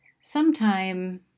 sometime